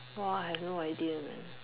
!wah! I have no idea man